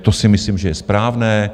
To si myslím, že je správné.